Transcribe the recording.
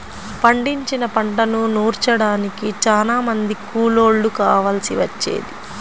పండించిన పంటను నూర్చడానికి చానా మంది కూలోళ్ళు కావాల్సి వచ్చేది